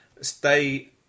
stay